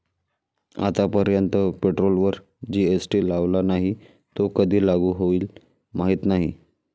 आतापर्यंत पेट्रोलवर जी.एस.टी लावला नाही, तो कधी लागू होईल माहीत नाही